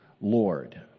Lord